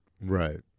Right